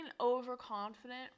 overconfident